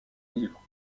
livre